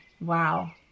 wow